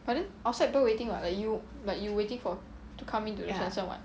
but then outside people waiting like you like you waiting for to come into the swensen [what]